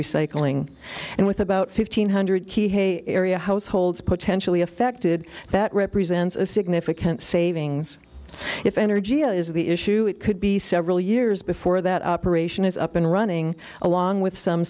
recycling and with about fifteen hundred key hey area households potentially affected that represents a significant savings if energya is the issue it could be several years before that operation is up and running along with some